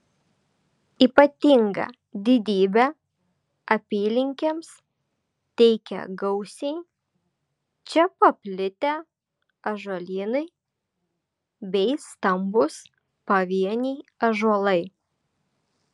ypatingą didybę apylinkėms teikia gausiai čia paplitę ąžuolynai bei stambūs pavieniai ąžuolai